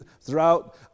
throughout